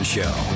Show